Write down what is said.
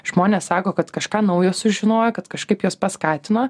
žmonės sako kad kažką naujo sužinojo kad kažkaip juos paskatino